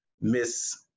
Miss